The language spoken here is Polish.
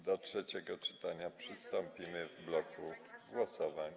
Do trzeciego czytania przystąpimy w bloku głosowań.